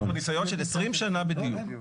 יש ניסיון של 20 שנה בדיוק.